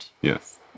Yes